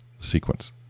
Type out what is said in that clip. sequence